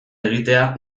egitea